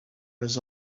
was